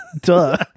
Duh